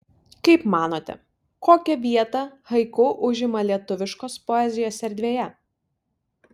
kaip manote kokią vietą haiku užima lietuviškos poezijos erdvėje